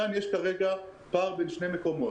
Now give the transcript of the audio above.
כאן יש כרגע פער בין שני מקומות,